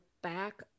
back